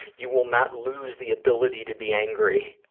you will not lose the ability to be angry, ah,